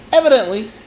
Evidently